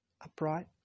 upright